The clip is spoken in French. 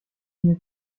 une